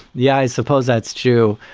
yeah, i suppose that's true.